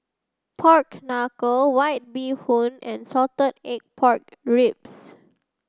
pork knuckle white bee hoon and salted egg pork ribs